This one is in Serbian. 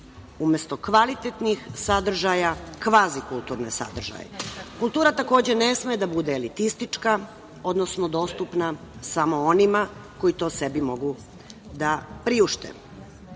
umesto kvalitetnih sadržaja kvazi kulturne sadržaje. Kultura takođe ne sme da bude elitistička, odnosno dostupna samo onima koji to sebi mogu da priušte. Nismo